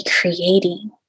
creating